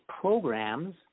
programs